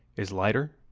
is lighter,